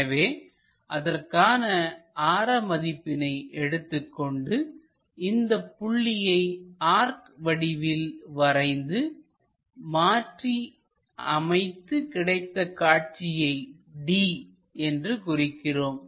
எனவே அதற்கான ஆர மதிப்பினை எடுத்துக்கொண்டு இந்தப் புள்ளியை ஆர்க் வடிவில் வரைந்து மாற்றி அமைத்து கிடைத்த காட்சியை d என்று குறிக்கிறோம்